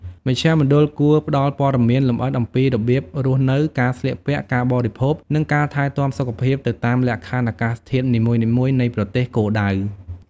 មជ្ឈមណ្ឌលគួរផ្តល់ព័ត៌មានលម្អិតអំពីរបៀបរស់នៅ ការស្លៀកពាក់ ការបរិភោគ និងការថែទាំសុខភាពទៅតាមលក្ខខណ្ឌអាកាសធាតុនីមួយៗនៃប្រទេសគោលដៅ។